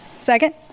Second